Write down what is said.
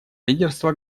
лидерство